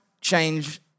change